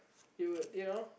you would you know